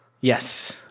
Yes